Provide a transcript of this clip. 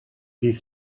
bydd